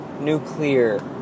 nuclear